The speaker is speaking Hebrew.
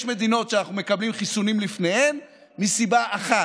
יש מדינות שאנחנו מקבלים חיסונים לפניהן מסיבה אחת: